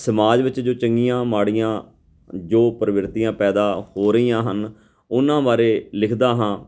ਸਮਾਜ ਵਿੱਚ ਜੋ ਚੰਗੀਆਂ ਮਾੜੀਆਂ ਜੋ ਪ੍ਰਵਿਰਤੀਆਂ ਪੈਦਾ ਹੋ ਰਹੀਆਂ ਹਨ ਉਹਨਾਂ ਬਾਰੇ ਲਿਖਦਾ ਹਾਂ